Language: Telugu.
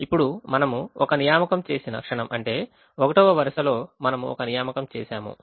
ఇప్పుడు మనము ఒక నియామకం చేసిన క్షణం అంటే 1వ వరుసలో మనము ఒక నియామకం చేసాము